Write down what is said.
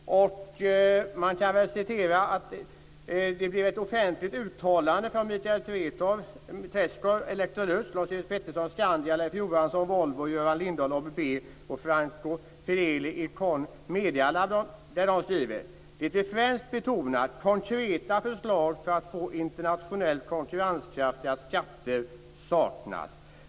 I samband med brevet gjordes ett offentligt uttalande från Michael Treschow, Electrolux, Lars-Eric "Det vi främst betonat - konkreta förslag för att få internationellt konkurrenskraftiga skatter - saknas.